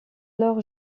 alors